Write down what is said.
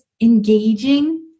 engaging